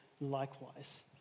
likewise